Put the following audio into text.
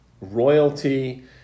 royalty